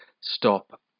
stop